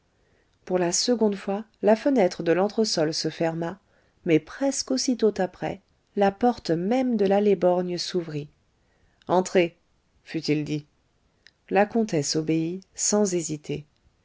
pour la seconde fois la fenêtre de l'entresol se ferma mais presque aussitôt après le porte même de l'allée borgne s'ouvrit entrez fut-il dit la comtesse obéit sans hésiter